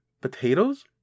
potatoes